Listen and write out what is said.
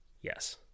Yes